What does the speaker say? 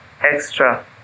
extra